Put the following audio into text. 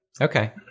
Okay